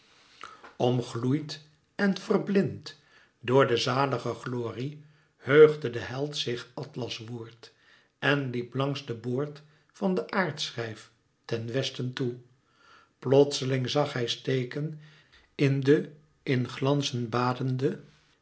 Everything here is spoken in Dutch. omgloeid en verblind door de zalige glorie heugde de held zich atlas woord en liep langs den boord van den aardschijf ten westen toe plotseling zag hij steken in de in glanzen badende